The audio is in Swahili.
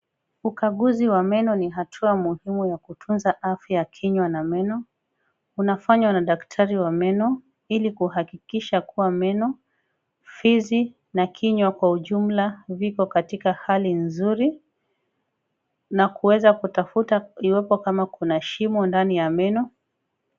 Ukaguzi wa meno ni hatua muhimu ya kutunza afya ya kinywa na meno. Inafanywa na daktari wa meno ili kuhakikisha kua meno, fizi na kinywa kwa ujumla viko katika hali nzuri na kuweza kutafuta iwapo kama kuna shimo ndani ya meno.